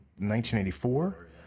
1984